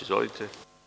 Izvolite.